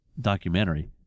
documentary